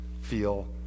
feel